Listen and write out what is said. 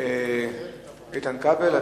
איתן כבל,